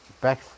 back